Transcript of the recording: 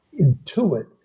intuit